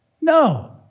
No